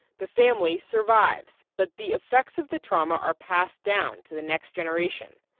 the family survives, but the effects of the trauma are passed down to the next generation.